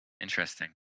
Interesting